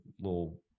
little